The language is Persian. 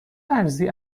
ارزی